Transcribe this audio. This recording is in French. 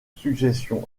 succession